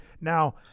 Now